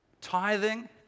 Tithing